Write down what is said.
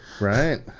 Right